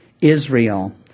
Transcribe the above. Israel